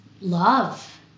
love